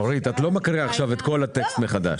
אורית, לא תקריאי עכשיו את כל הטקסט מחדש.